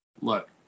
look